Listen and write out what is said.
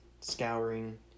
scouring